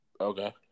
Okay